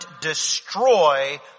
destroy